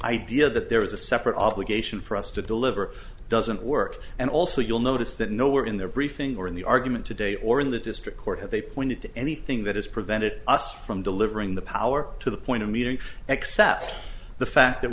idea that there is a separate obligation for us to deliver doesn't work and also you'll notice that nowhere in there briefing or in the argument today or in the district court that they pointed to anything that has prevented us from delivering the power to the point of meeting except the fact that